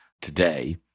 today